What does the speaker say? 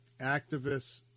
activists